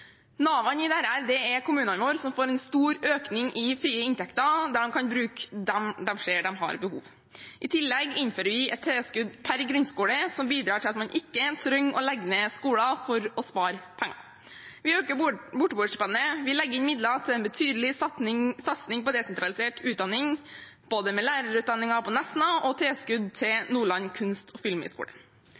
Navene i dette er kommunene våre, som får en stor økning i frie inntekter som de kan bruke der de ser de har behov. I tillegg innfører vi et tilskudd per grunnskole, noe som bidrar til at man ikke trenger å legge ned skoler for å spare penger. Vi øker borteboerstipendet, og vi legger inn midler til en betydelig satsing på desentralisert utdanning, både med lærerutdanningen på Nesna og tilskudd til Nordland kunst- og